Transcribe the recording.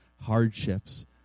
hardships